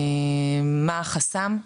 מה החסם,